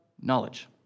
knowledge